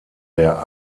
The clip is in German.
der